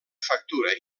factura